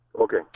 Okay